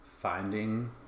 finding